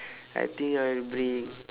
I think I'll bring